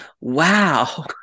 wow